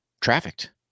trafficked